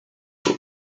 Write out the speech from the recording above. fue